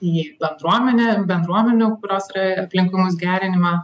į bendruomenę bendruomenių kurios yra aplinkui mus gerinimą